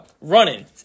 running